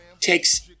takes